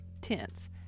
tense